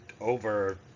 over